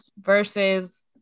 versus